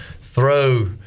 throw